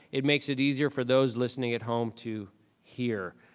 it makes it easier for those listening at home to hear.